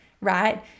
Right